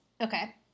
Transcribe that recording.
Okay